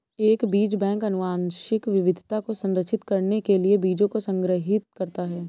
एक बीज बैंक आनुवंशिक विविधता को संरक्षित करने के लिए बीजों को संग्रहीत करता है